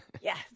Yes